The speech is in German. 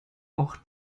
auch